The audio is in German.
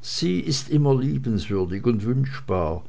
sie ist immer liebenswürdig und wünschbar